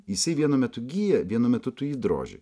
jisai vienu metu gyja vienu metu tu jį droži